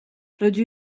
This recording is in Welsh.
rydw